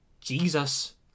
Jesus